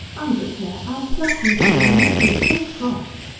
i declare i'll slap you soon you make me so cross.